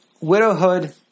Widowhood